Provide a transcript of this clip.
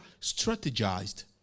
strategized